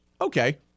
okay